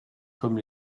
comme